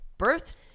birth